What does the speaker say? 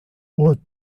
outro